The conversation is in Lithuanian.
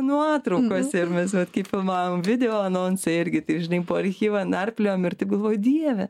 nuotraukose ir mes vat kai filmavom video anonse irgi žinai po archyvą narpliojom ir taip galvoju dieve